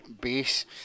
base